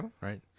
Right